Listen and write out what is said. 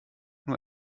nur